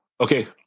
Okay